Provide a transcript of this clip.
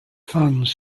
fans